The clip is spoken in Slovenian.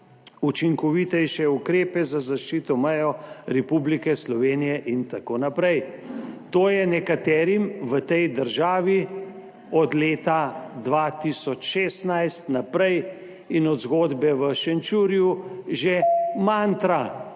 učinkovitejše ukrepe za zaščito meje Republike Slovenije itn. To je nekaterim v tej državi od leta 2016 naprej in od zgodbe v Šenčurju že mantra,